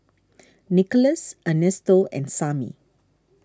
Nickolas Ernesto and Sammy